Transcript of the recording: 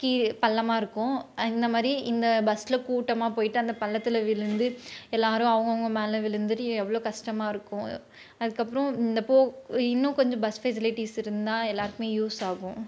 key பள்ளமாக இருக்கும் அந்தமாதிரி இந்த பஸ்ஸில் கூட்டமாக போயிட்டு அந்தப் பள்ளத்தில் விழுந்து எல்லாரும் அவங்கவுங்க மேலே விழுந்துகிட்டு எவ்வளோ கஷ்டமாக இருக்கும் அதுக்கப்புறம் இந்தப் போ இன்னும் கொஞ்சம் பஸ் ஃபெசிலிட்டிஸ் இருந்தால் எல்லாருக்குமே யூஸ் ஆகும்